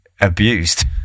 abused